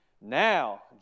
now